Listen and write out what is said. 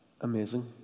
Amazing